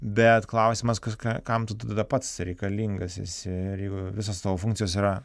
bet klausimas kas ką kam tu tada pats reikalingas esi ir jeigu visos tavo funkcijos yra